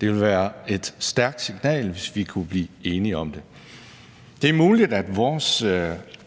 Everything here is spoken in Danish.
Det vil være et stærkt signal, hvis vi kunne blive enige om det. Det er muligt, at vores